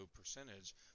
percentage